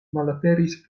malaperis